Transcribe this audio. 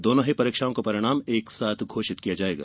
दोनो परीक्षाओं का परिणाम एक साथ घोषित किया जायेगा